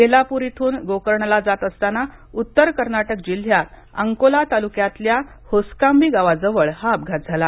येल्लापूर इथून गोकर्णला जात असताना उत्तर कर्नाटक जिल्ह्यात अंकोला तालुक्यातल्या होस्काम्बी गावाजवळ हा अपघात झाला